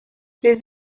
les